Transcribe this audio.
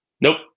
Nope